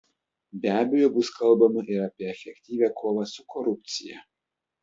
be abejo bus kalbama ir apie efektyvią kovą su korupcija